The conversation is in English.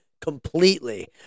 completely